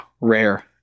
rare